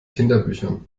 kinderbüchern